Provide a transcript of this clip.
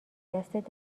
دستت